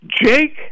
Jake